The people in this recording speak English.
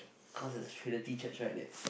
cause there's trinity church right there